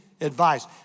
advice